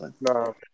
No